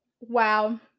wow